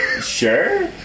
Sure